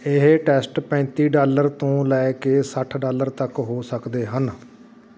ਇਹ ਟੈਸਟ ਪੈਂਤੀ ਡਾਲਰ ਤੋਂ ਲੈ ਕੇ ਸੱਠ ਡਾਲਰ ਤੱਕ ਹੋ ਸਕਦੇ ਹਨ